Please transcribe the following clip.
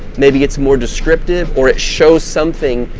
maybe it's more descriptive or it shows something.